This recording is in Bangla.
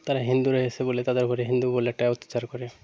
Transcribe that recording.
তারা হিন্দুরা এসে বলে তাদের ঘরে হিন্দু বলে একটা অত্যাচার করে